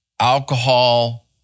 Alcohol